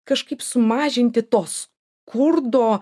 kažkaip sumažinti to skurdo